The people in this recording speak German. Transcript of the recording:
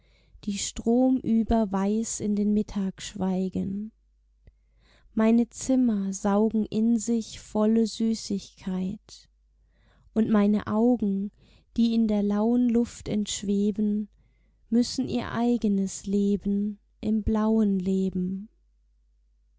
die stromüber weiß in den mittag schweigen meine zimmer saugen in sich volle süßigkeit und meine augen die in der lauen luft entschweben müssen ihr eigenes leben im blauen leben